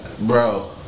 Bro